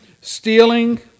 stealing